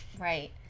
right